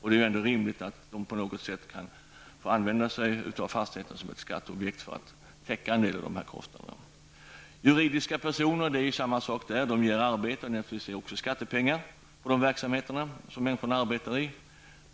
Det är rimligt att kommunen på något sätt får ha fastigheten som skatteobjekt och använda sig av fastighetsskatten för att täcka en del av dessa kostnader. Detsamma gäller juridiska personer. Juridiska personer ger arbete och skattepengar från de verksamheter som människorna arbetar i.